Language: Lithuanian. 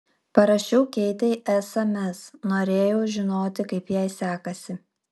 parašiau keitei sms norėjau žinoti kaip jai sekasi